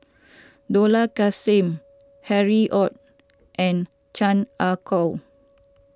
Dollah Kassim Harry Ord and Chan Ah Kow